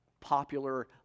popular